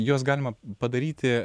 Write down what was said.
juos galima padaryti